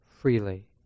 freely